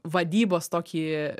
vadybos tokį